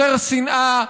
יותר שנאה,